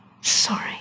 sorry